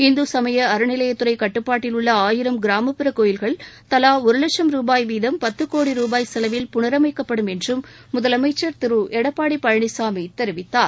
இந்து சமய அறநிலையத்துறை கட்டுப்பாட்டில் உள்ள ஆயிரம் கிராமப்புற கோயில்கள் தலா ஒரு வட்சம் ரூபாய் வீதம் பத்து கோடி ரூபாய் செலவில் புனரஸமக்கப்படும் என்றும் முதலமைச்சர் திரு எடப்பாடி பழனிசாாமி தெரிவித்தார்